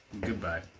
Goodbye